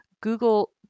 Google